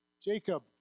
Jacob